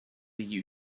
you